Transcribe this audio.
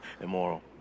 immoral